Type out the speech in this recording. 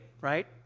right